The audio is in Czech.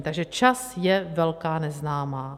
Takže čas je velká neznámá.